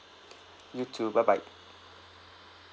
you too bye bye